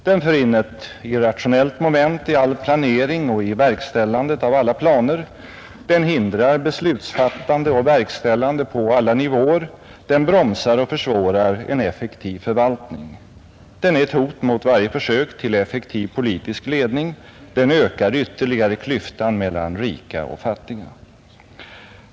Den för in ett irrationellt moment i all planering och i verkställandet av alla planer, den hindrar beslutsfattande och verkställande på alla nivåer, den bromsar och försvårar en effektiv förvaltning, den är ett hot mot varje försök till effektiv politisk ledning, den ökar ytterligare klyftan mellan rika och fattiga.